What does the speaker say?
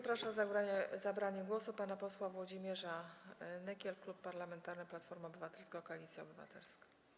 Proszę o zabranie głosu pana posła Włodzimierza Nykiela, Klub Parlamentarny Platforma Obywatelska - Koalicja Obywatelska.